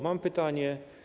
Mam pytanie.